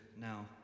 now